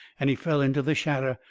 and he fell into the shadder,